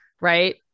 right